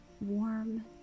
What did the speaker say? warm